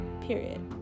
Period